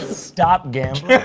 stop gambling.